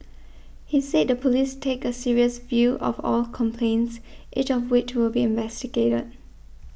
he said the police take a serious view of all complaints each of which will be investigated